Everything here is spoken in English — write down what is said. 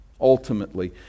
ultimately